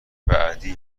بعدی